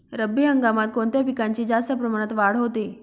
रब्बी हंगामात कोणत्या पिकांची जास्त प्रमाणात वाढ होते?